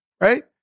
right